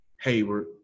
Hayward